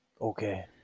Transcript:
Okay